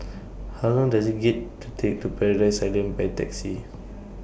How Long Does IT get to Take to Paradise Island By Taxi